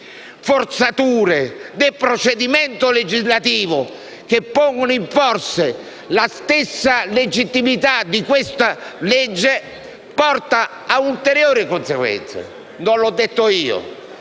forzature del procedimento legislativo, che pongono in forse la stessa legittimità di questa legge. Ciò porta ad ulteriori conseguenze. Non l'ho detto io: